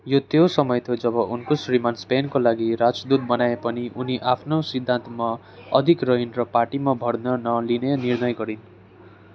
यो त्यो समय थियो जब उनको श्रीमान् स्पेनको लागि राजदूत बनाइए पनि उनी आफ्नो सिद्धान्तमा अडिग रहिन् र पार्टीमा भर्ना नलिने निर्णय गरिन्